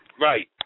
right